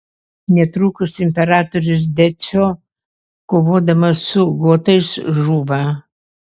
netrukus imperatorius decio kovodamas su gotais žūva